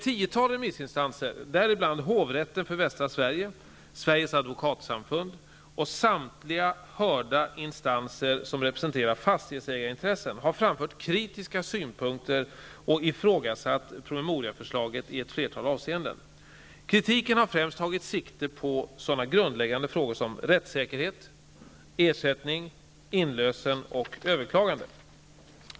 Västra Sverige, Sveriges Advokatsamfund och samtliga hörda instanser som representerar fastighetsägarintressen, har framfört kritiska synpunkter och ifrågasatt promemoriaförslaget i ett flertal avseenden. Kritiken har främst tagit sikte på sådana grundläggande frågor som rättssäkerhet, ersättning, inlösen och överklagande.